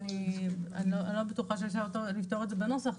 אני לא בטוחה שאפשר לפתור את זה בנוסח,